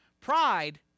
pride